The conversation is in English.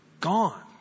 Gone